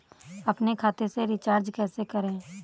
अपने खाते से रिचार्ज कैसे करें?